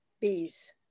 bees